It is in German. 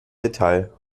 detail